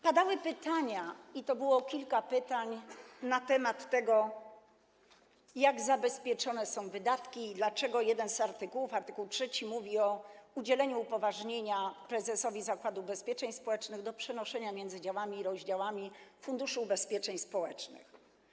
Padały pytania, i to było kilka pytań, na temat tego, jak zabezpieczone są wydatki i dlaczego jeden z artykułów, art. 3, mówi o udzieleniu upoważnienia prezesowi Zakładu Ubezpieczeń Społecznych do ich przenoszenia między działami i rozdziałami Funduszu Ubezpieczeń Społecznych.